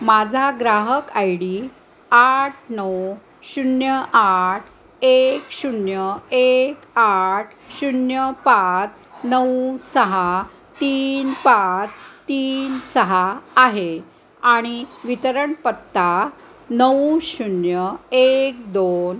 माझा ग्राहक I D आठ नऊ शून्य आठ एक शून्य एक आठ शून्य पाच नऊ सहा तीन पाच तीन सहा आहे आणि वितरणपत्ता नऊ शून्य एक दोन